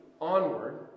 onward